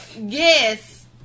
yes